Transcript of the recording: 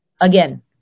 Again